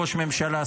ראש ממשלה,